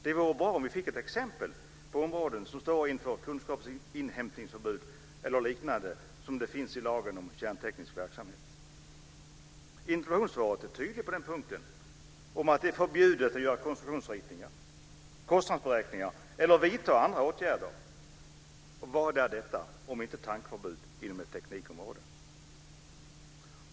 Det vore bra om vi fick exempel på områden som står inför kunskapsinhämtningsförbud eller annat som liknar det som finns i lagen om kärnteknisk verksamhet. Interpellationssvaret är tydligt på den punkten. Det är förbjudet att göra konstruktionsritningar, kostnadsberäkningar eller vidta andra åtgärder. Vad är detta om inte ett tankeförbud inom ett teknikområde?